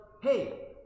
hey